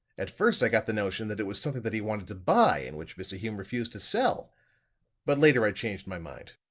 at first i got the notion that it was something that he wanted to buy and which mr. hume refused to sell but later i changed my mind.